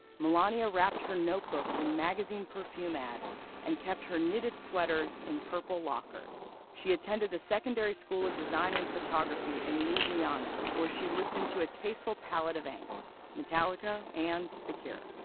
melania wrapped her notebooks in magazine perfume ads and kept her knitted sweaters in purple lockers. she attended the secondary school of design and photography in ljubljana, where she listened to a tasteful palette of angst metallica and the cure.